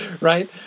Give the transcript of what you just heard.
right